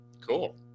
Cool